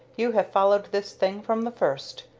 you have followed this thing from the first.